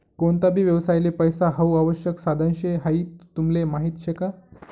कोणता भी व्यवसायले पैसा हाऊ आवश्यक साधन शे हाई तुमले माहीत शे का?